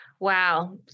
Wow